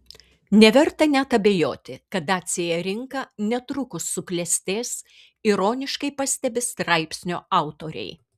neverta net abejoti kad dacia rinka netrukus suklestės ironiškai pastebi straipsnio autoriai